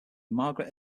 margaret